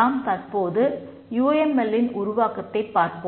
நாம் தற்போது U M L போன்ற தொழில்துறைகளில்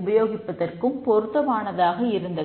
உபயோகத்திற்கு பொருத்தமானதாக இருந்தது